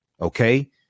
Okay